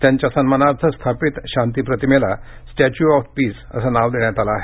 त्यांच्या सन्मानार्थ स्थापित शांति प्रतिमेला स्टॅच्यु ऑफ पीस असं नाव देण्यात आलं आहे